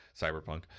cyberpunk